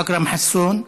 אכרם חסון,